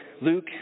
Luke